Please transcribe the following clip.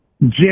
Jim